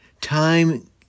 Time